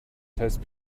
test